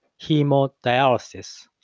hemodialysis